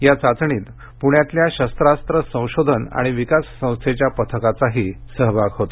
या चाचणीत प्ण्यातल्या शस्त्रास्त्र संशोधन आणि विकास संस्थेच्या पथकाचाही सहभाग होता